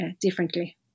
differently